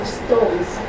stories